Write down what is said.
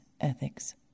ethics